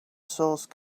source